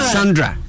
Sandra